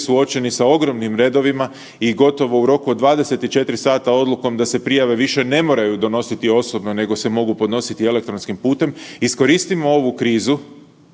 suočeni sa ogromnim redovima i gotovo u roku od 24 sata odlukom da se prijave više ne moraju donositi osobno nego se mogu podnositi elektronskim putem, iskoristimo ovu krizu